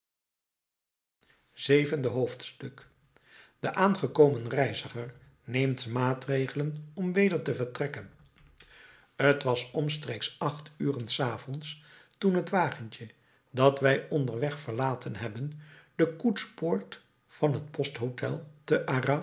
zevende hoofdstuk de aangekomen reiziger neemt maatregelen om weder te vertrekken t was omstreeks acht uren s avonds toen het wagentje dat wij onderweg verlaten hebben de koetspoort van het posthotel te arras